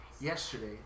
yesterday